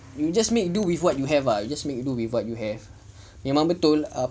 you just made do with what you have ah you just make do with what you have memang betul